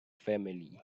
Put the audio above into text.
family